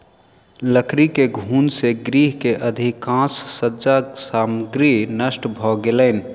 लकड़ी के घुन से गृह के अधिकाँश सज्जा सामग्री नष्ट भ गेलैन